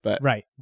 Right